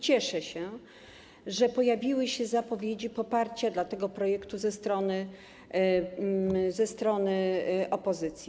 Cieszę się, że pojawiły się zapowiedzi poparcia dla tego projektu ze strony opozycji.